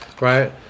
right